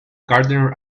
gardener